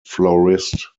florist